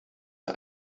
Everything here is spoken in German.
der